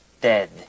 dead